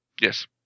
Yes